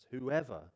whoever